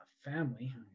family